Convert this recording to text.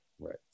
right